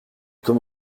comme